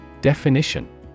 Definition